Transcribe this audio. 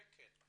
כן.